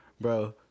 bro